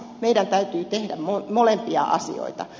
meidän täytyy tehdä molempia asioita